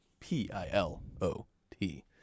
P-I-L-O-T